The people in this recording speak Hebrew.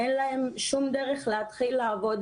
אין להם שום דרך להתחיל לעבוד,